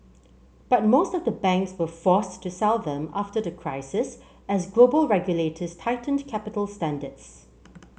but most of the banks were forced to sell them after the crisis as global regulators tightened capital standards